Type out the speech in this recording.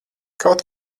kaut